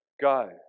go